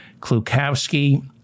Klukowski